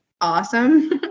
awesome